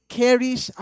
carries